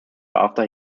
after